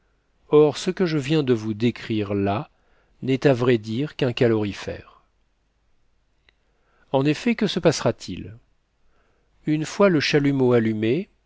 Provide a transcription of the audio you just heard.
or ce que je viens de vous décrire là n'est à vrai dire qu'un calorifère en effet que se passera-t-il une fois le chalumeau allumé